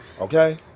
okay